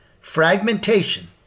fragmentation